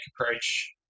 approach